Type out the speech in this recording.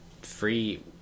free